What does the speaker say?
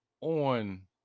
on